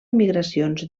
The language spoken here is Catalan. migracions